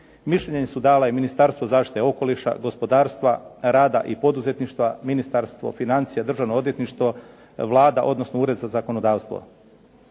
Mišljenja su dala i Ministarstvo zaštite okoliša, gospodarstva, rada i poduzetništva, Ministarstvo financija, Državno odvjetništvo, Vlada, odnosno Ured za zakonodavstvo.